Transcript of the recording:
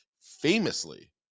famously